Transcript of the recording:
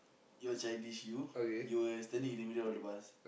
you are childish you you were standing in the middle of the bus